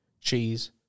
cheese